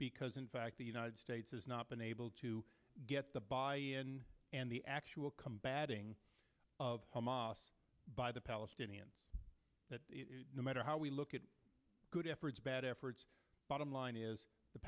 because in fact the united states has not been able to get the buy in and the actual combating of hamas by the palestinians that no matter how we look at good efforts bad efforts bottom line is the